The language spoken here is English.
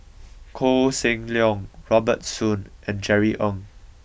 Koh Seng Leong Robert Soon and Jerry Ong